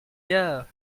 gars